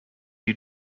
you